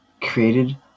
Created